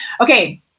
Okay